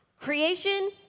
creation